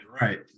Right